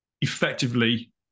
effectively